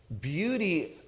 beauty